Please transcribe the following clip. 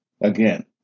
again